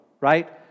right